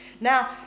Now